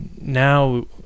now